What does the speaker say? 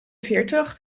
veertig